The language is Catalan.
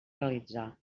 realitzar